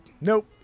Nope